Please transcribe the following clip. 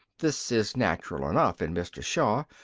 this is natural enough in mr. shaw,